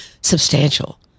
substantial